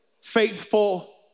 faithful